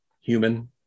human